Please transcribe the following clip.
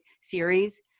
series